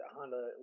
Honda